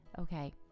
okay